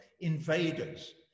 invaders